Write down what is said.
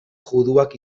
juduak